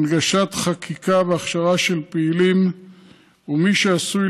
הנגשת חקיקה והכשרה של פעילים ומי שעשוי